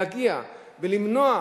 להגיע ולמנוע,